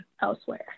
elsewhere